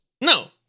No